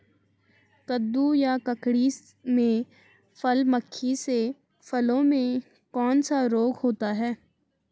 कद्दू या ककड़ी में फल मक्खी से फलों में कौन सा रोग होता है?